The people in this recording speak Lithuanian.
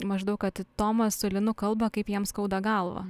maždaug kad tomas su linu kalba kaip jiem skauda galvą